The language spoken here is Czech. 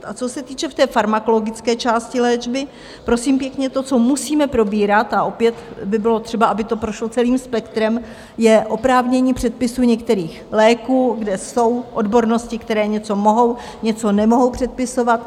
A co se týče farmakologické části léčby, prosím pěkně, to, co musíme probírat a opět by bylo třeba, aby to prošlo celým spektrem je oprávnění předpisů některých léků, kde jsou odbornosti, které něco mohou, něco nemohou předpisovat.